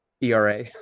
ERA